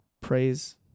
praise